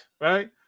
right